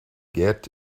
get